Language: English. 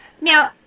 Now